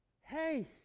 Hey